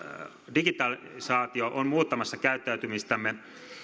digitalisaatio on muuttamassa käyttäytymistämme